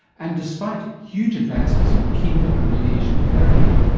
and despite huge advances in chemo and radiation therapy,